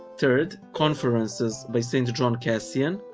third, conferences by st. john cassian.